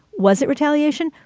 was it retaliation?